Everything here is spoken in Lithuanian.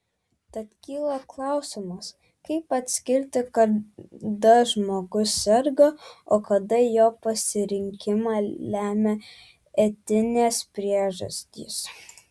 tad kyla klausimas kaip atskirti kada žmogus serga o kada jo pasirinkimą lemia etinės priežastys